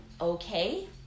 okay